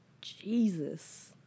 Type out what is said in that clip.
Jesus